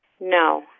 No